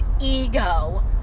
ego